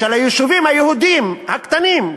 שליישובים היהודיים הקטנים,